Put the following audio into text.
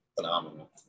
phenomenal